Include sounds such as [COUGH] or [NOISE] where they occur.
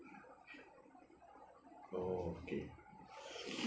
oh okay [NOISE]